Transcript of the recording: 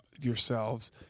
yourselves